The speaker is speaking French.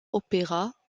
opéras